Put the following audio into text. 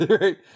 right